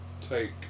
take